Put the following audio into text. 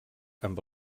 amb